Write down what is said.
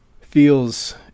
Feels